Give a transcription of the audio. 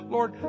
Lord